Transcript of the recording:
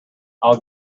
i’ll